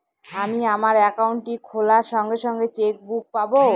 আমি আমার একাউন্টটি খোলার সঙ্গে সঙ্গে চেক বুক পাবো?